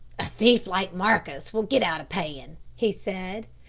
a thief like marcus will get out of paying, he said,